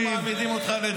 עזוב אותך.